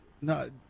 No